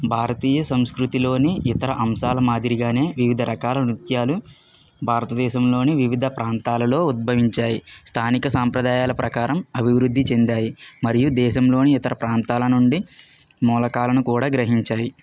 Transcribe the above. భారతీయ సంస్కృతిలోని ఇతర అంశాల మాదిరిగానే వివిధ రకాల నృత్యాలు భారతదేశంలోని వివిధ ప్రాంతాలలో ఉద్భవించాయి స్థానిక సాంప్రదాయాల ప్రకారం అభివృద్ధి చెందాయి మరియు దేశంలోని ఇతర ప్రాంతాల నుండి మూల కారణం కూడా గ్రహించాయి